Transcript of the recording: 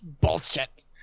Bullshit